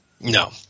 No